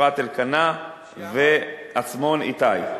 אפרתי אלקנה ועצמון איתי,